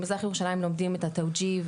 במזרח ירושלים לומדים את התאוג'יהי,